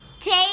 Take